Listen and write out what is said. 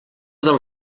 del